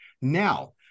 now